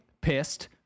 pissed